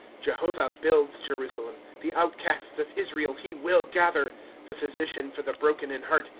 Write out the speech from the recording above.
jehovah builds jerusalem, the outcasts of israel he will gather the pliysician for the broken in heart,